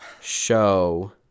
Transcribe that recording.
show